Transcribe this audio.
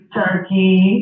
turkey